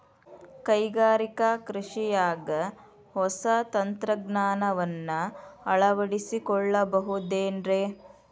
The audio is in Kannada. ಕೈಗಾರಿಕಾ ಕೃಷಿಯಾಗ ಹೊಸ ತಂತ್ರಜ್ಞಾನವನ್ನ ಅಳವಡಿಸಿಕೊಳ್ಳಬಹುದೇನ್ರೇ?